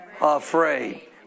Afraid